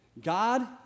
God